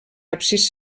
absis